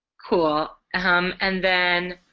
cool and then